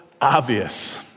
obvious